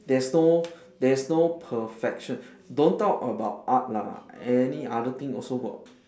there's no there's no perfection don't talk about art lah any other thing also got